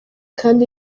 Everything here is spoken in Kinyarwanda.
kandi